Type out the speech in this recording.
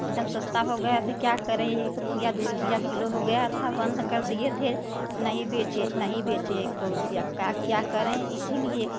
एकदम सस्ता हो गया था क्या करें एक रुपये दु रुपये किलो हो गया था बंद कर दिए थे नहीं बेचे नहीं बेचे इको रुपया का क्या करें इसीलिए